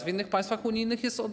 W innych państwach unijnych jest od